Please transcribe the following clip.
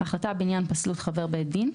(3)החלטה בעניין פסלות חבר בית דין,